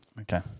Okay